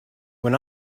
when